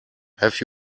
have